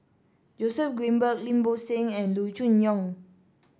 Joseph Grimberg Lim Bo Seng and Loo Choon Yong